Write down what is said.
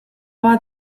bat